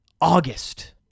August